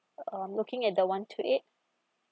I'm looking at the one two eight